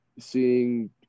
seeing